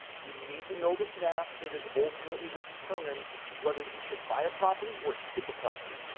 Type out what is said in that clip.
you need to know this math. it is ultimately what determines whether you should buy a property or skip a property.